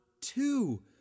two